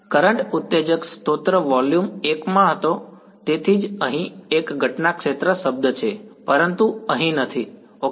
current ઉત્તેજક સ્ત્રોત volume 1 માં હતો તેથી જ અહીં એક ઘટના ક્ષેત્ર શબ્દ છે પરંતુ અહીં નથી ઓકે